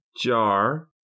jar